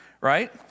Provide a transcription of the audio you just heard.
right